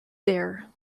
there